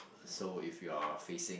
so if you are facing